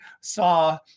saw